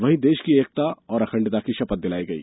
वहीं देश की एकता और अखंडता की शपथ भी दिलाई गई